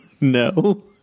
No